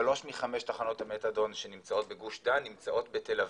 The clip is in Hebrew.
שלוש מחמש תחנות המתדון שנמצאות בגוש דן נמצאות בתל אביב.